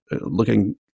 looking